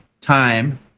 time